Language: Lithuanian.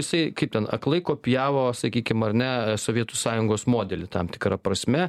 jisai kaip ten aklai kopijavo sakykim ar ne sovietų sąjungos modelį tam tikra prasme